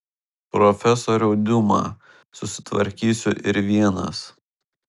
profesoriau diuma susitvarkysiu ir vienas